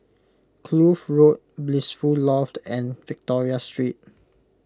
Kloof Road Blissful Loft and Victoria Street